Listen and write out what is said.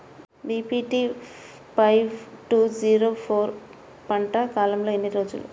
BPT five two zero four పంట కాలంలో ఎన్ని రోజులు?